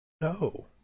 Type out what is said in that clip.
No